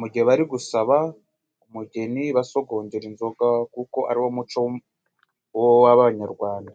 mu gihe bari gusaba umugeni basogongera inzoga kuko ariwo muco w'abanyarwanda.